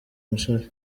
musore